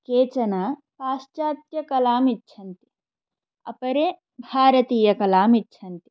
केचन पाश्चात्यकलामिच्छन्ति अपरे भारतीयकलामिच्छन्ति